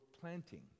planting